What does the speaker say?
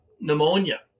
pneumonia